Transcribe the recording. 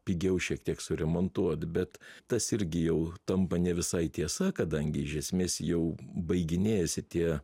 pigiau šiek tiek suremontuot bet tas irgi jau tampa ne visai tiesa kadangi iš esmės jau baiginėjasi tie